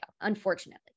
unfortunately